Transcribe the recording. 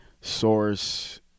source